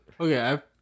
Okay